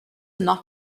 not